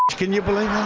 can you believe